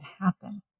happen